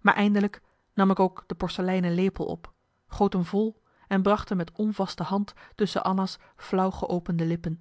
maar eindelijk nam ik ook de porseleinen lepel op goot m vol en bracht m met onvaste hand tusschen anna's flauw geopende lippen